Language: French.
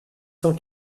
cent